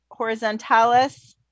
horizontalis